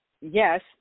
Yes